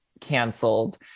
canceled